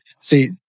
see